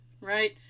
right